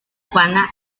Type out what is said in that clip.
juana